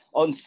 on